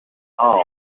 hall